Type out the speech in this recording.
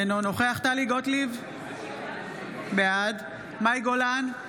אינו נוכח טלי גוטליב, בעד מאי גולן,